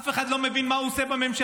אף אחד לא מבין מה הוא עושה בממשלה,